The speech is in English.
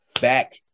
back